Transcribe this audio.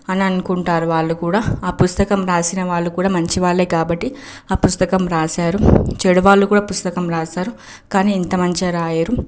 అని అనుకుంటారు వాళ్ళు కూడా ఆ పుస్తకం రాసినవాళ్ళు కూడా మంచివాళ్ళే కాబట్టి ఆ పుస్తకం రాసారు చెడ్డవాళ్ళు కూడా పుస్తకం రాసారు కానీ ఇంత మంచిగా రాయరు